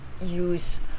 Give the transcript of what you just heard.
use